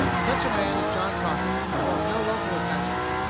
such a man as john crockett forms no local attachments,